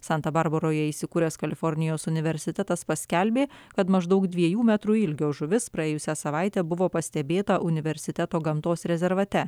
santa barbaroje įsikūręs kalifornijos universitetas paskelbė kad maždaug dviejų metrų ilgio žuvis praėjusią savaitę buvo pastebėta universiteto gamtos rezervate